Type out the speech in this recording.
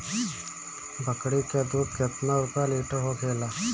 बकड़ी के दूध केतना रुपया लीटर होखेला?